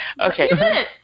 Okay